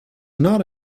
not